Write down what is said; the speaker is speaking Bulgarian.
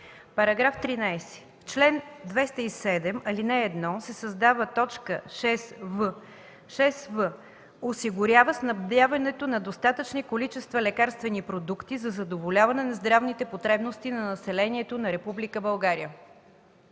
„§ 13. В чл. 207, ал. 1 се създава т. 6в: „6в. осигурява снабдяването на достатъчни количества лекарствени продукти за задоволяване на здравните потребности на населението на Република